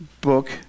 book